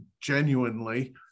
genuinely